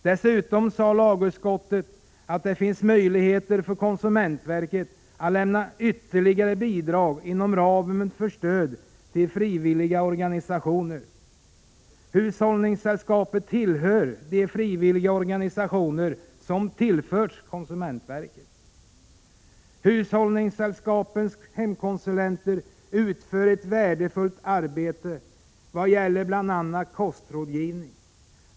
Dessutom sade lagutskottet att det finns möjligheter för konsumentverket att lämna ytterligare bidrag inom ramen för stöd till frivilliga organisationer. Hushållningssällskapen tillhör de frivilliga organisationer som tillförts konsumentverket. Hushållningssällskapens hemkonsulenter utför ett värdefullt arbete, bl.a. vad det gäller kostrådgivning.